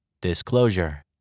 Disclosure